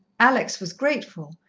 alex was grateful,